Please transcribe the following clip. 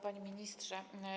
Panie Ministrze!